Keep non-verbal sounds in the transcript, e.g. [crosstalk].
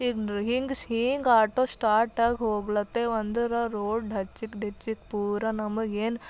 [unintelligible] ಹಿಂಗೆ ಸ್ ಹಿಂಗೆ ಆಟೋ ಸ್ಟಾರ್ಟಾಗಿ ಹೋಗ್ಲತೆ ಒಂದು ರ ರೋಡ್ ಡಚ್ಚಿಕ್ ಡಿಚ್ಚಿಕ್ ಪೂರ ನಮಗೆ ಏನು